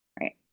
right